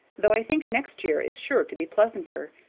though i think next year is sure to be pleasanter,